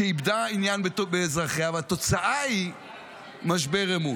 שאיבדה עניין באזרחיה, והתוצאה היא משבר אמון.